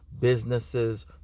businesses